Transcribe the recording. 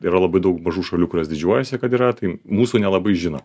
yra labai daug mažų šalių kurios didžiuojasi kad yra tai mūsų nelabai žino